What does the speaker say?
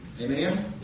Amen